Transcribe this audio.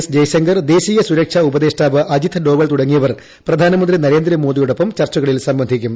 S Jaishankar ദേശീയ സുരക്ഷാ ഉപദേഷ്ടാവ് അജിത് ഡോവൽ തുടങ്ങിയവർ പ്രധാനമന്ത്രി നരേന്ദ്രമോദിയൊടൊപ്പം ചർച്ചകളിൽ സംബന്ധിക്കും